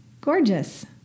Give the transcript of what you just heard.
Gorgeous